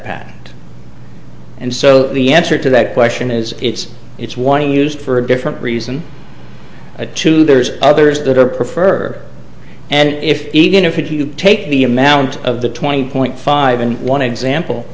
patent and so the answer to that question is it's it's one used for a different reason a two there's others that are prefer and if even if you take the amount of the twenty point five in one example